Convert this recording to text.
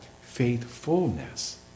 Faithfulness